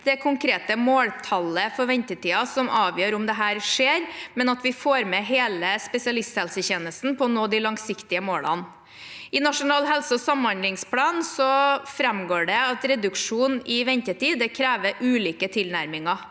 det konkrete måltallet for ventetidene som avgjør om dette skjer, men at vi får med hele spesialisthelsetjenesten på å nå de langsiktige målene. I Nasjonal helse- og samhandlingsplan framgår det at reduksjon i ventetidene krever ulike tilnærminger: